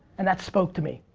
and that spoke to me.